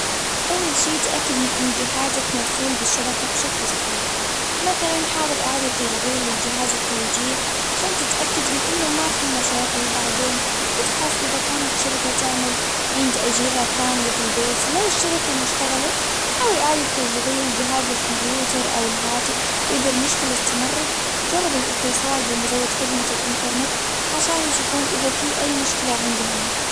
أول شي تأكد من إن جهازك موصول بالشبكة بشكل صحيح، مثلا حاول إعادة تشغيل الجهاز التوجيهي عشان تتأكد من إنه ما في مشاكل، بعدين إفحص اذا كانت الشبكة تعمل عندي اجهزة ثانية في البيت. لو الشبكة ما اشتغلت حاول اعادة تشغيل جهاز الكمبيوتر او الهاتف اذا المشكلة استمرت سبب الاتصال بمزود خدمة الانترنت عشان يشوفون اذا في اي مشكلة عندهم